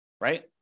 right